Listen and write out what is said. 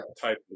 type